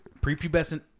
Prepubescent